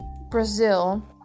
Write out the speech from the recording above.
Brazil